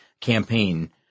campaign